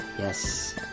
Yes